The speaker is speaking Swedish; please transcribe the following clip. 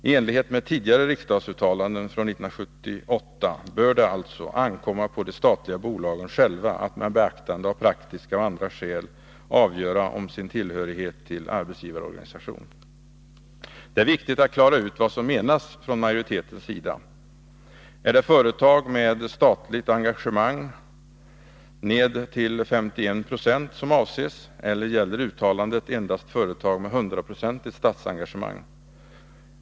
I enlighet med tidigare riksdagsuttalanden från 1978 bör det alltså ankomma på de statliga bolagen själva att med beaktande av praktiska och andra skäl avgöra sin tillhörighet till arbetsgivarorganisation. Det är viktigt att klara ut vad majoriteten menar. Är det företag med statligt engagemang ned till 51 26 som avses, eller gäller uttalandet endast företag med hundraprocentigt statsengagemang?